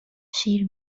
شیر